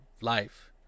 life